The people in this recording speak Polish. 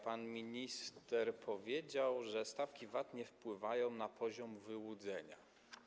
Pan minister powiedział, że stawki VAT nie wpływają na poziom wyłudzeń.